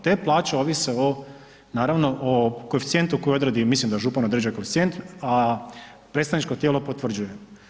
Te plaće ovise o naravno o koeficijentu koji odredi, mislim da župan određuje koeficijent, a predstavničko tijelo potvrđuje.